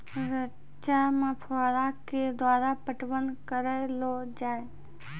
रचा मे फोहारा के द्वारा पटवन करऽ लो जाय?